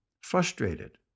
frustrated